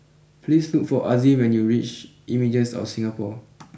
please look for Azzie when you reach Images of Singapore